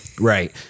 Right